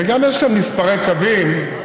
ויש כאן גם מספרי קווים: